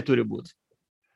turi būti